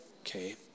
Okay